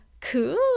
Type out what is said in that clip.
cool